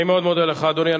אני מאוד מודה לך, אדוני.